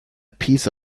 piece